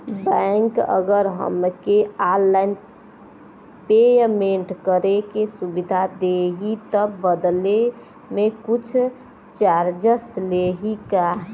Bank अगर हमके online payment करे के सुविधा देही त बदले में कुछ चार्जेस लेही का?